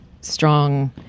strong